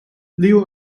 leo